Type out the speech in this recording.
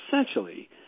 essentially